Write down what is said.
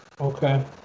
Okay